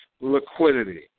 liquidity